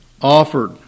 offered